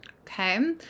Okay